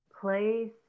place